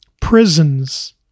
Prisons